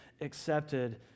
accepted